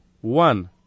one